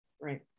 Right